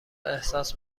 احساس